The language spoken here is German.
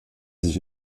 sich